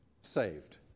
saved